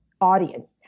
audience